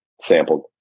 sampled